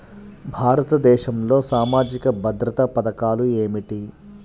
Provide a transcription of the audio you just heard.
భారతదేశంలో సామాజిక భద్రతా పథకాలు ఏమిటీ?